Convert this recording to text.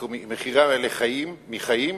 מכירה בחיים,